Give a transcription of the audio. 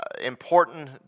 important